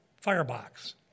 firebox